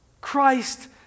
Christ